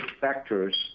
factors